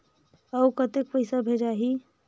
अउ कतेक पइसा भेजाही?